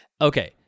okay